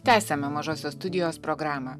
tęsiame mažosios studijos programą